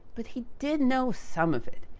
but he did know some of it.